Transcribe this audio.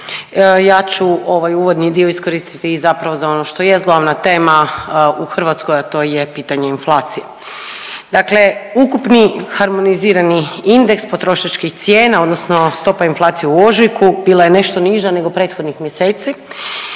ja ću ovaj uvodni dio iskoristiti i zapravo za ono što jest glavna tema u Hrvatskoj, a to je pitanje inflacije. Dakle, ukupni harmonizirani indeks potrošačkih cijena, odnosno stopa inflacije u ožujku bila je nešto niža nego prethodnih mjeseci